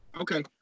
Okay